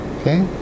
Okay